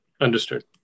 Understood